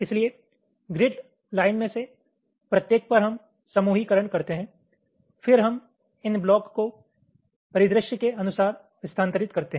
इसलिए grid line में से प्रत्येक पर हम समूहीकरण करते हैं फिर हम इन ब्लॉक को परिदृश्य के अनुसार स्थानांतरित करते हैं